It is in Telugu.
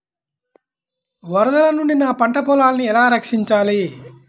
వరదల నుండి నా పంట పొలాలని ఎలా రక్షించాలి?